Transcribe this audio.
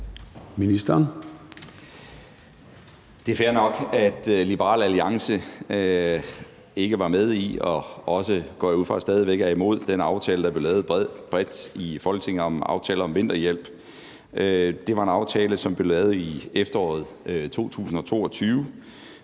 Det er fair nok, at Liberal Alliance ikke var med i og også – det går jeg ud fra – stadig væk er imod den aftale, der blev lavet bredt i Folketinget, nemlig »Aftale om vinterhjælp«, som blev lavet i efteråret 2022.